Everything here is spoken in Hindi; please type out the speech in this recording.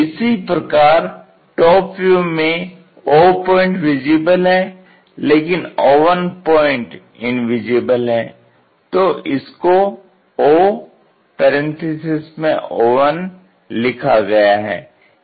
इसी प्रकार टोप व्यू में o पॉइंट विजिबल है लेकिन o1 पॉइंट इनविजिबल है तो इसको o लिखा गया है